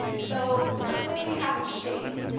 so let's say we have a shape.